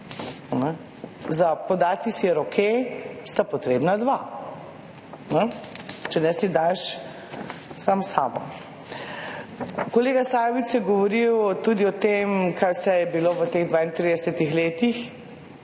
Za podati si roke sta potrebna dva, če ne, si daš sam s sabo. Kolega Sajovic je govoril tudi o tem, kaj vse je bilo v teh 32 letih,